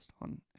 on